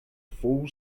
full